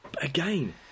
Again